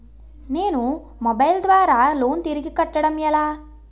నేను మొబైల్ ద్వారా లోన్ తిరిగి కట్టడం ఎలా?